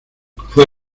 fue